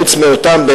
חוץ מאותם,